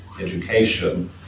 education